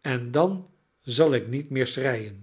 en dan zal ik niet meer